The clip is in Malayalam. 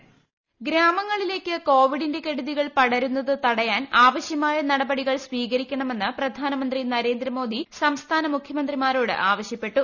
വോയിസ് ഗ്രാമങ്ങളിലേക്ക് കോവിഡിന്റെ കെടുത്രീകൾ പടരുന്നത് തടയാൻ ആവശ്യമായ നടപടികൾ സ്വീകരിക്കണ്ട്മെന്ന് പ്രധാനമന്ത്രി നരേന്ദ്ര മോദി സംസ്ഥാന മുഖ്യമന്ത്രിമാരോട് ആവ്ക്യപ്പെട്ടു